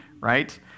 right